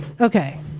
Okay